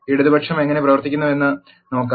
ഇടതുപക്ഷം എങ്ങനെ പ്രവർത്തിക്കുന്നുവെന്ന് നോക്കാം